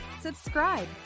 subscribe